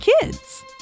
kids